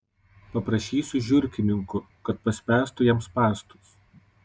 paprašysiu žiurkininkų kad paspęstų jam spąstus